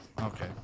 Okay